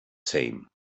same